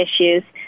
issues